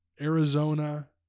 Arizona